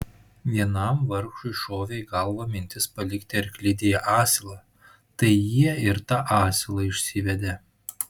vienam vargšui šovė į galvą mintis palikti arklidėje asilą tai jie ir tą asilą išsivedė